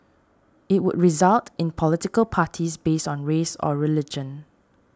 it would result in political parties based on race or religion